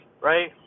right